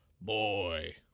Boy